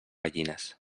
gallines